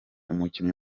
umukinnyi